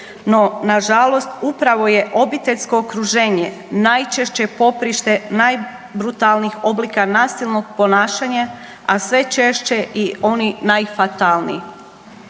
No, na žalost upravo je obiteljsko okruženje najčešće poprište najbrutalnijih oblika nasilnog ponašanja, a sve češće i oni najfatalniji.